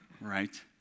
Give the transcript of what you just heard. right